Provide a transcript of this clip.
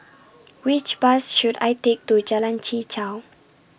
Which Bus should I Take to Jalan Chichau